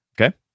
okay